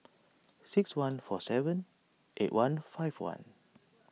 six one four seven eight one five one